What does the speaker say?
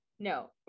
No